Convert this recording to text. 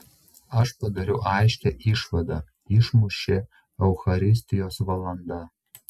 aš padariau aiškią išvadą išmušė eucharistijos valanda